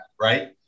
right